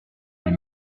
est